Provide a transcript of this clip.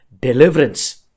deliverance